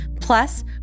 Plus